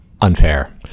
unfair